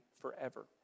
forever